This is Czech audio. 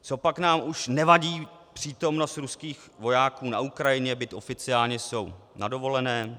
Copak nám už nevadí přítomnost ruských vojáků na Ukrajině, byť oficiálně jsou na dovolené?